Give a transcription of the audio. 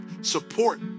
support